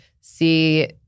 see